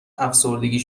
افسردگی